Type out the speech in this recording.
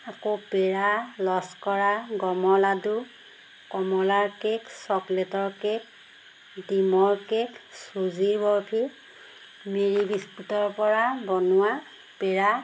আকৌ পেৰা লস্কৰা গমৰ লাডু কমলাৰ কে'ক চকলেটৰ কে'ক ডিমৰ কে'ক চুজি বৰফি মেৰি বিস্কুটৰ পৰা বনোৱা পেৰা